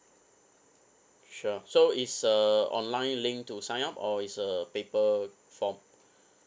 sure so it's a online link to sign up or it's a paper form